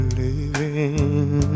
living